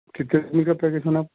کتنے آدمی کا پیکج ہونا ہے آپ کو